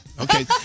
Okay